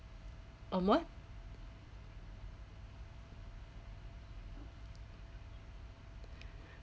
on what